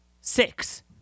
Six